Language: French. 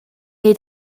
est